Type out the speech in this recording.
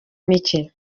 mike